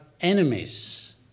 enemies